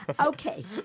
Okay